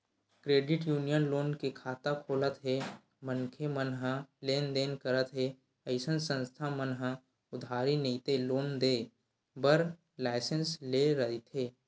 credit union लोगन के खाता खोलत हे मनखे मन ह लेन देन करत हे अइसन संस्था मन ह उधारी नइते लोन देय बर लाइसेंस लेय रहिथे